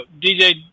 DJ